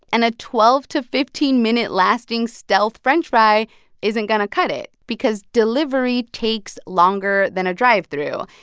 and a twelve to fifteen minute lasting stealth french fry isn't going to cut it because delivery takes longer than a drive-through.